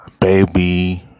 baby